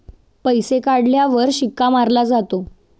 पैसे काढण्यावर शिक्का मारला जातो